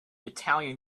italian